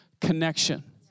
connection